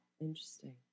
Interesting